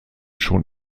schon